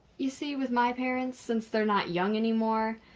you see, with my parents, since they're not young anymore,